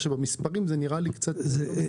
במספרים זה נראה לי קצת לא מסתדר.